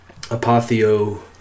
Apotheo